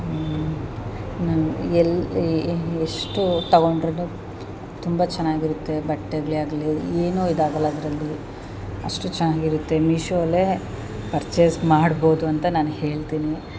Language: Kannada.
ನನ್ನ ಎಲ್ಲಿ ಎಷ್ಟು ತಗೊಂಡ್ರೂ ತುಂಬ ಚೆನ್ನಾಗಿರುತ್ತೆ ಬಟ್ಟೆಗಳೇ ಆಗಲೀ ಏನೂ ಇದಾಗಲ್ಲ ಅದರಲ್ಲಿ ಅಷ್ಟು ಚೆನ್ನಾಗಿರುತ್ತೆ ಮೀಶೋಲ್ಲೇ ಪರ್ಚೇಸ್ ಮಾಡ್ಬೋದು ಅಂತ ನಾನು ಹೇಳ್ತೀನಿ